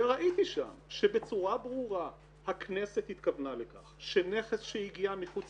וראיתי שם שבצורה ברורה הכנסת התכוונה לכך שנכס שהגיע מחוץ